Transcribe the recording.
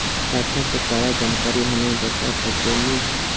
खाता के सारा जानकारी हमे बता सकेनी?